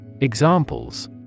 Examples